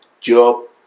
job